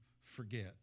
forget